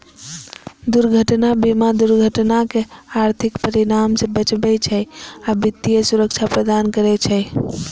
दुर्घटना बीमा दुर्घटनाक आर्थिक परिणाम सं बचबै छै आ वित्तीय सुरक्षा प्रदान करै छै